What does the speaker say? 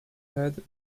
head